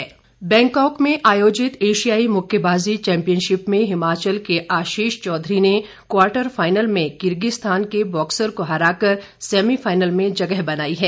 मुक्केबाजी बैंकाक में आयोजित एशियाई मुक्केबाजी चैम्पियनशिप में हिमाचल के आशीष चौधरी ने क्वार्टर फाईनल में किर्गिस्तान के बॉक्सर को हराकर सेमीफाईनल में जगह बनाई है